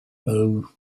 bow